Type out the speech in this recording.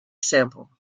sample